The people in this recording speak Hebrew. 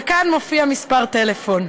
וכאן מופיע מספר טלפון.